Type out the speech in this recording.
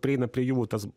prieina prie jų tas